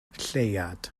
lleuad